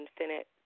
infinite